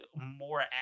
more